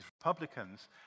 Republicans